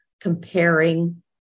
comparing